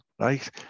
right